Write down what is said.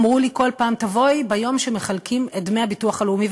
אמרו לי כל פעם: תבואי ביום שמחלקים את דמי הביטוח הלאומי,